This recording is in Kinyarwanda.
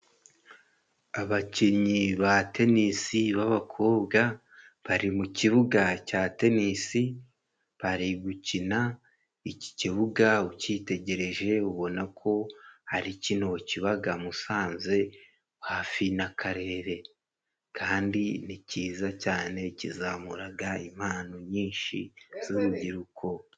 Abakinnyi ba Tenisi b'abakobwa bari mu kibuga cya Tenisi, bari gukina, iki kibuga ukitegereje ubona ko hari kino kibaga Musanze hafi n'akarere kandi ni cyiza cyane kizamuraga impano nyinshi z'urubyiruko.